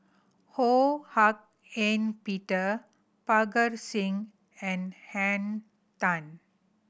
Ho Hak Ean Peter Parga Singh and Henn Tan